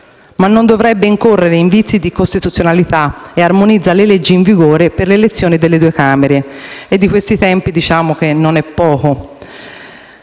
che non dovrebbe incorrere in vizi di costituzionalità e armonizzare le leggi in vigore per le elezioni delle due Camere. Di questi tempi possiamo dire che non è poco.